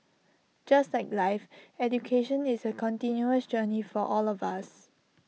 just like life education is A continuous journey for all of us